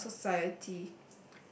uh society